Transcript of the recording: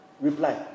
reply